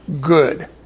good